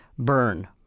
burn